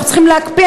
אנחנו צריכים להקפיא,